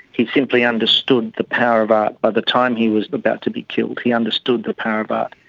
he simply understood the power of art, by the time he was about to be killed, he understood the power of art.